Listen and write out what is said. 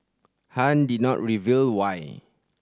Han did not reveal why